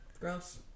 gross